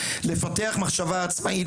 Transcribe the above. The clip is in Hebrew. לפתח מחשבה עצמאית,